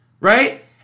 Right